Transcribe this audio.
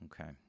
Okay